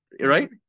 right